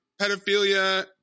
pedophilia